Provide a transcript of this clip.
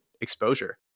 exposure